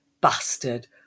bastard